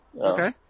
Okay